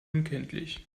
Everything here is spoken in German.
unkenntlich